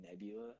Nebula